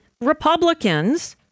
Republicans